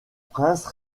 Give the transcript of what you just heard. prince